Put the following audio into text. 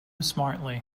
smartly